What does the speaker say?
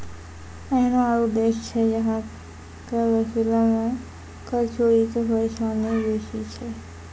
एहनो आरु देश छै जहां कर वसूलै मे कर चोरी के परेशानी बेसी छै